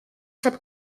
sap